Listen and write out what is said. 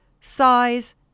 size